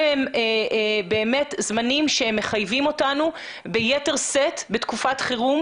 אלה זמנים שמחייבים אותנו ביתר שאת בתקופת חירום